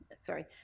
Sorry